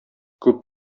күп